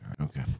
Okay